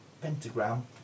pentagram